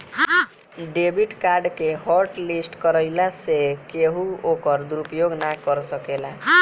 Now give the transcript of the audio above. debit card के हॉटलिस्ट कईला से केहू ओकर दुरूपयोग ना कर सकेला